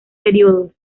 periodos